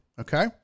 Okay